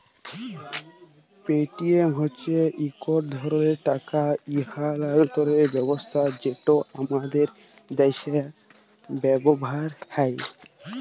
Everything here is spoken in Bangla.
পেটিএম হছে ইক ধরলের টাকা ইস্থালাল্তরের ব্যবস্থা যেট আমাদের দ্যাশে ব্যাভার হ্যয়